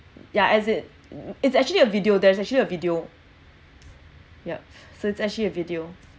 ya as it it's actually a video there's actually a video yup so it's actually a video